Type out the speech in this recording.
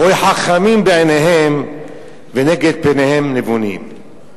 הוי חכמים בעיניהם ונגד פניהם נבֹנים".